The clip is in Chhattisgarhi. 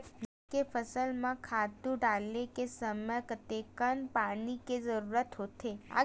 धान के फसल म खातु डाले के समय कतेकन पानी के जरूरत होथे?